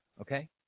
Okay